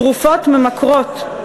תרופות ממכרות,